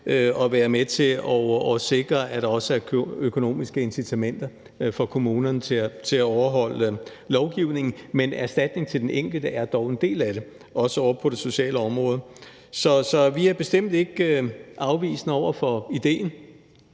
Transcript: og være med til sikre, at også økonomiske incitamenter får kommunerne til at overholde lovgivningen. Men en erstatning til den enkelte er dog en del af det – også på det sociale område. Så vi er bestemt ikke afvisende over for idéen.